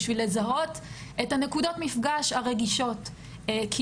בשביל לזהות את נקודות המפגש הרגישות כי